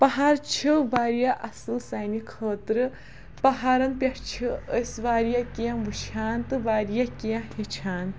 پہاڑ چھِ واریاہ اصٕل سانہِ خٲطرٕ پہاڑَن پٮ۪ٹھ چھِ أسۍ واریاہ کیٚنہہ وٕچھان تہٕ واریاہ کیٚنہہ ہیٚچھان